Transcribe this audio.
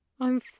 I'm